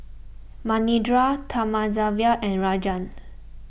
Manindra Thamizhavel and Rajan